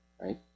right